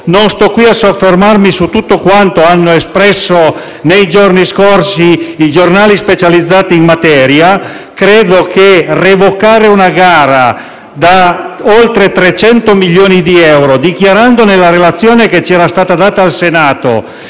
Non sto qui a soffermarmi su tutto quanto hanno espresso nei giorni scorsi i giornali specializzati in materia. Credo che revocare una gara da oltre 300 milioni di euro, dichiarando, nella relazione che c'era stata data al Senato,